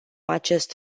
acest